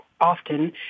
often